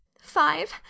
Five